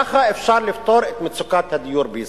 ככה אפשר לפתור את מצוקת הדיור בישראל.